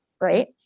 right